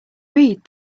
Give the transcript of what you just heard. read